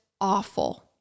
awful